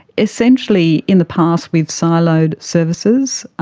essentially in the past we've siloed services.